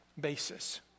Basis